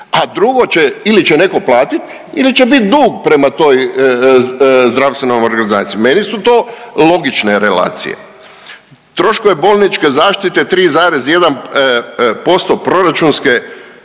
A drugo će ili će netko platiti ili će biti dug prema toj zdravstvenoj organizaciji. Meni su to logične relacije. Troškovi bolničke zaštite 3,1% proračunske